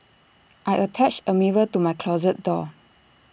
I attached A mirror to my closet door